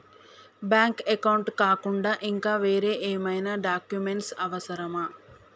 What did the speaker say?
Bank account కాకుండా ఇంకా వేరే ఏమైనా డాక్యుమెంట్స్ అవసరమా?